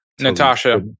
Natasha